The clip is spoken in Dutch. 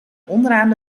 onderaan